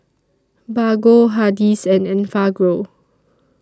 Bargo Hardy's and Enfagrow